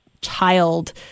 child